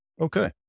Okay